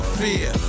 fear